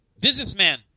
Businessman